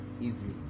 easily